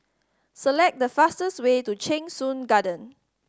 select the fastest way to Cheng Soon Garden